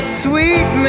sweet